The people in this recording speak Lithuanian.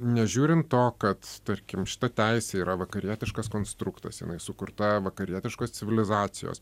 nežiūrint to kad tarkim šita teisė yra vakarietiškas konstruktas jinai sukurta vakarietiškos civilizacijos